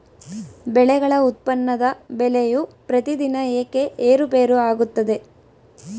ಬೆಳೆಗಳ ಉತ್ಪನ್ನದ ಬೆಲೆಯು ಪ್ರತಿದಿನ ಏಕೆ ಏರುಪೇರು ಆಗುತ್ತದೆ?